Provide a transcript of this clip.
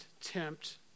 tempt